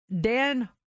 Dan